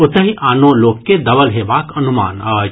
ओतहि आनो लोक के दबल हेबाक अनुमान अछि